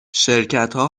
شرکتها